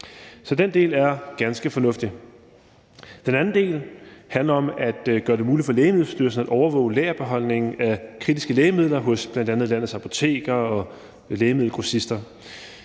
Så den del er ganske fornuftig. Den anden del handler om at gøre det muligt for Lægemiddelstyrelsen at overvåge lagerbeholdningen af kritiske lægemidler hos bl.a. landets apoteker og lægemiddelgrossister.